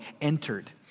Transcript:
entered